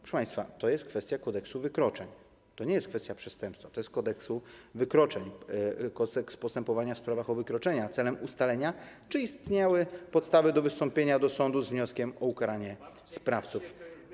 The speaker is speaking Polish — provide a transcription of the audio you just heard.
Proszę państwa, to jest kwestia Kodeksu wykroczeń, to nie jest kwestia przestępstwa, to jest kwestia Kodeksu wykroczeń, Kodeksu postępowania w sprawach o wykroczenia celem ustalenia, czy istniały podstawy do wystąpienia do sądu z wnioskiem o ukaranie sprawców.